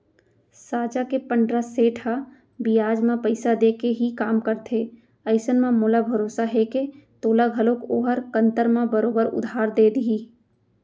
साजा के पंडरा सेठ ह बियाज म पइसा देके ही काम करथे अइसन म मोला भरोसा हे के तोला घलौक ओहर कन्तर म बरोबर उधार दे देही